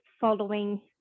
following